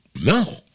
no